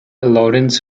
lorentz